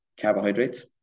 carbohydrates